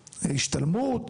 השתלמות,